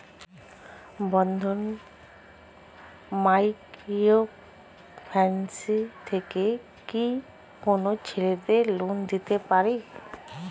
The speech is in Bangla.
বন্ধন মাইক্রো ফিন্যান্স থেকে কি কোন ছেলেদের লোন দিতে পারে?